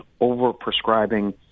over-prescribing